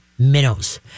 Minnows